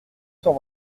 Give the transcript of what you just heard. cent